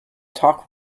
talk